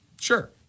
Sure